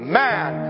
man